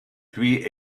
puis